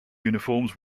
uniforms